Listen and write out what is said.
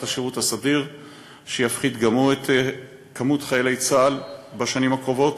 השירות הסדיר שיפחית גם הוא את מספר חיילי צה"ל בשנים הקרובות,